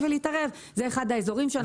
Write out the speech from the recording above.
ולהתערב זה אחד האזורים שאנחנו מתערבים בהם.